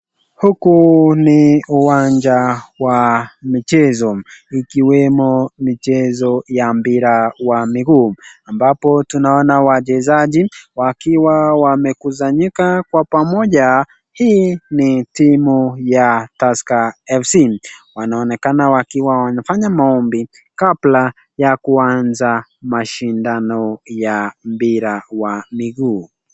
Huku ni uwanja wa michezo, ikiwemo michezo ya mpira wa miguu ambapo tunaona wachezaji wakiwa wamekusanyika kwa pamoja ,hii ni timu ya tusker fc , wanaonekana wakiwa wanafanya maombi kabla ya kuanza mashindano ya mpira wa miguu.